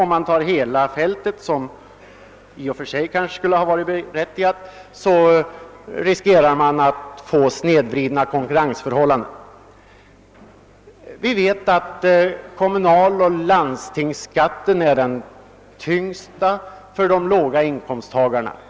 Om man gör undantag för hela fältet — vilket kanske i och för sig skulle varit berättigat — riskerar man att få snedvridna konkurrensförhållanden. Vi vet att kommunaloch landstingsskatten hårdast drabbar de låga inkomsttagarna.